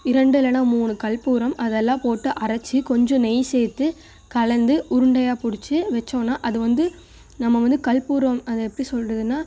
இரண்டு இல்லைன்னா மூணு கற்பூரம் அதெல்லாம் போட்டு அரைச்சி கொஞ்சம் நெய் சேர்த்து கலந்து உருண்டையாக பிடிச்சி வச்சோனா அது வந்து நம்ம வந்து கற்பூரோம் அது எப்படி சொல்லுறதுனா